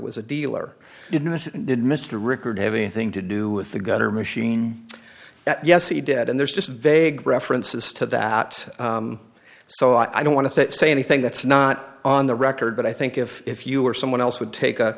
was a dealer did mr rickard have anything to do with the gutter machine that yes he did and there's just vague references to that so i don't want to say anything that's not on the record but i think if if you or someone else would take a